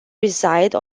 reside